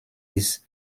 his